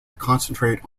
concentrate